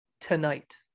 tonight